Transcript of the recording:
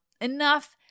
enough